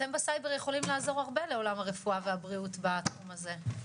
אתם בסייבר יכולים לעזור הרבה לעולם הרפואה והבריאות בתחום הזה.